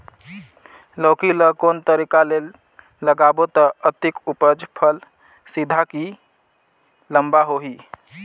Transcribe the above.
लौकी ल कौन तरीका ले लगाबो त अधिक उपज फल सीधा की लम्बा होही?